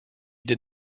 did